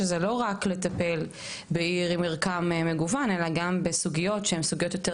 שזה לא רק לקבל הכשרות על מנת להיות כשירים לטפל בעיר עם מרקם מגוון,